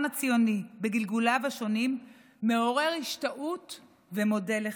הציוני בגלגוליו השונים מעוררים השתאות והם מודל לחיקוי.